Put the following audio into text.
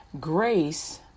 grace